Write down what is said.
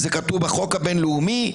בחוק הבין לאומי,